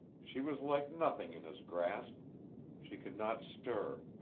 she was like nothing in his grasp she could not stir.